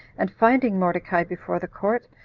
and finding mordecai before the court,